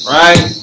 right